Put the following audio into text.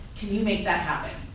can you make that happen?